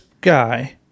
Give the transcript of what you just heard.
guy